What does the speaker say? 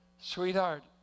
sweetheart